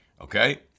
Okay